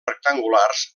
rectangulars